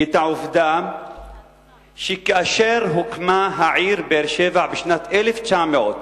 את העובדה שכאשר הוקמה העיר באר-שבע בשעת 1900,